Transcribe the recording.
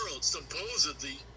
supposedly